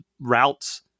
routes